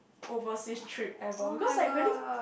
overseas trip ever because like really